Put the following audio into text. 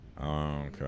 Okay